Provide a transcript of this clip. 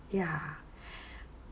ya